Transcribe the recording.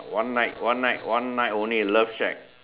one night one night one night only love shag